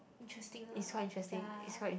interesting lah ya